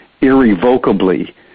irrevocably